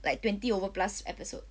like twenty overplus episode